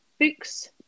books